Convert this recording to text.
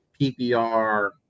PPR